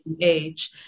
age